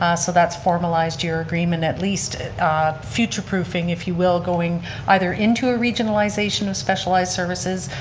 ah so that's formalized your agreement, at least future proofing if you will, going either into a regionalization specialized services,